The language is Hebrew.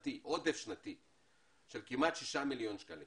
שנתי של כמעט 6 מיליון שקלים